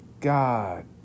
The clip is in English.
God